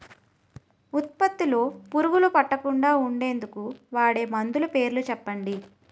ఉత్పత్తి లొ పురుగులు పట్టకుండా ఉండేందుకు వాడే మందులు పేర్లు చెప్పండీ?